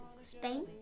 Spain